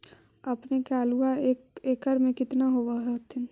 अपने के आलुआ एक एकड़ मे कितना होब होत्थिन?